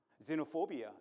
Xenophobia